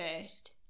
first